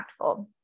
impactful